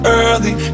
early